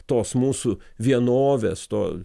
tos mūsų vienovės to